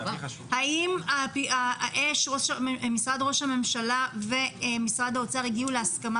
האם משרד ראש הממשלה ומשרד האוצר הגיעו להסכמה